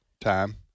time